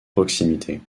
proximité